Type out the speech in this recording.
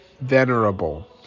venerable